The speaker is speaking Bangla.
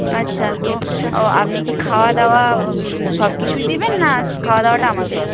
আচ্ছা তো আপনি কি খাওয়া দাওয়া সব কিছুই দেবেন না খাওয়া দাওয়াটা আমাদের